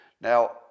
Now